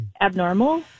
abnormal